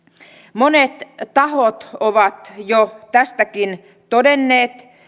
monet tahot ovat jo tästäkin todenneet